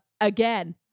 again